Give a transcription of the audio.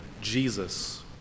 Jesus